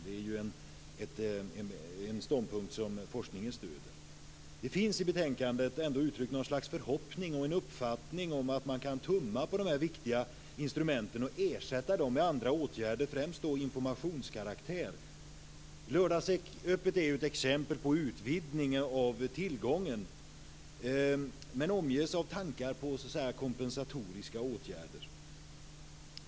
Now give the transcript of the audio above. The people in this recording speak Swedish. Det är ju en ståndpunkt som forskningen stöder. Det finns i betänkandet ändå uttryckt något slags förhoppning och en uppfattning om att man kan tumma på dessa viktiga instrument och ersätta dem med andra åtgärder, främst av informationskaraktär. Lördagsöppet är ett exempel på utvidgningen av tillgången som omges av tankar på kompensatoriska åtgärder.